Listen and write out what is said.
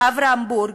דאז אברהם בורג,